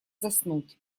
заснуть